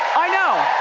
i know